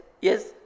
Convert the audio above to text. Yes